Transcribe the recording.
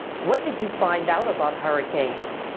what did you find out about hurricanes?